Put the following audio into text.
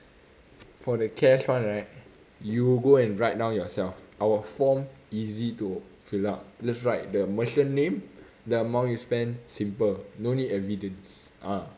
for the cash [one] right you go and write down yourself our form easy to fill up just write the merchant name the amount you spend simple no need evidence ah